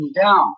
down